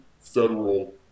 federal